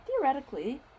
theoretically